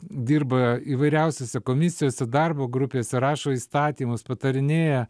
dirba įvairiausiose komisijose darbo grupėse rašo įstatymus patarinėja